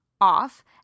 off